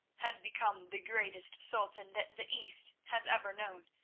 has become the greatest sultan that the east has ever known,